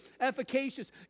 efficacious